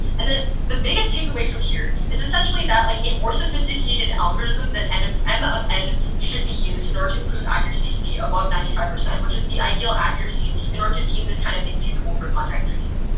and the the biggest takeaway from here is essentially that, like, a more sophisticated algorithm than an m of n should be used in order to improve accuracy to be above ninety five, which is the ideal accuracy in order to deem this kind of thing feasible for contact tracing.